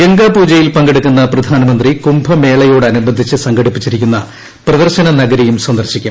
ഗംഗാപൂജയിൽ പങ്കെടുക്കുന്ന പ്രധാനമന്ത്രി കുംഭമേളയോടനുബന്ധിച്ച് സംഘടിപ്പിച്ചി രിക്കുന്ന പ്രദർശന നഗരിയും സന്ദർശിക്കും